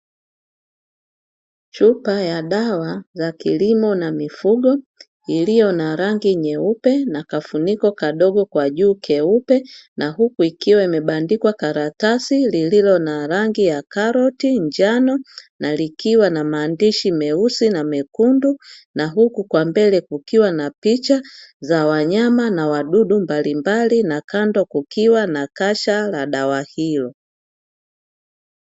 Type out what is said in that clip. Chupa ya dawa za kilimo na mifugo iliyo na rangi nyeupe na kafuniko kadogo kwa juu keupe na huku, ikiwa imebandikwa karatasi lililo na rangi ya karoti, njano na likiwa na maandishi meusi na mekundu na huku kwa mbele kukiwa na picha za wanyama na wadudu mbalimbali na kando kukiwa na kasha la dawa hiyo.